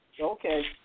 Okay